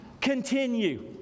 continue